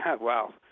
Wow